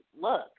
look